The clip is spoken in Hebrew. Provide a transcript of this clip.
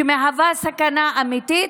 שמהווה סכנה אמיתית,